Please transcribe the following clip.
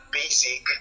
basic